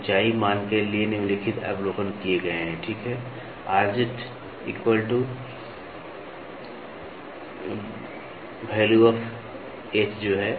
ऊंचाई मान के लिए निम्नलिखित अवलोकन किए गए ठीक है